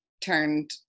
turned